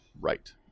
right